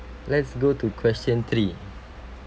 let's go to question three